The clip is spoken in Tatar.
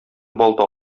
балта